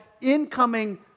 incoming